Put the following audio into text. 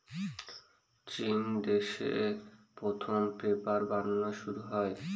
চিন দেশে প্রথম পেপার বানানো শুরু হয়